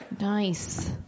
Nice